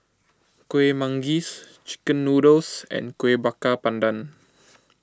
Kuih Manggis Chicken Noodles and Kueh Bakar Pandan